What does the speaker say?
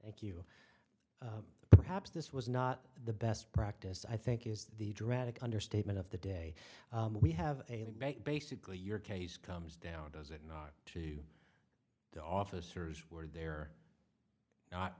thank you perhaps this was not the best practice i think is the dramatic understatement of the day we have basically your case comes down does it not to the officers were there not